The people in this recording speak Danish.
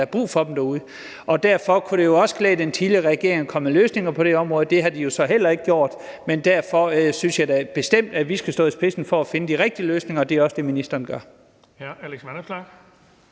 der er brug for dem derude. Og derfor kunne det jo også klæde den tidligere regering at komme med løsninger på det her område. Det har man jo så heller ikke gjort, og derfor synes jeg da bestemt, at vi skal stå i spidsen for at finde de rigtige løsninger. Og det er også det, ministeren gør.